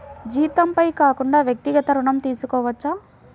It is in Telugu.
జీతంపై కాకుండా వ్యక్తిగత ఋణం తీసుకోవచ్చా?